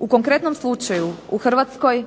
U konkretnom slučaju u Hrvatskoj